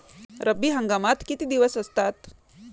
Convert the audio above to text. रब्बी हंगामात किती दिवस असतात?